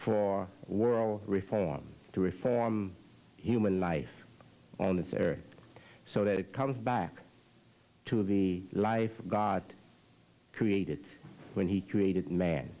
for world reform to refer on human life on this earth so that it comes back to the life god created when he created man